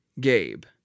Gabe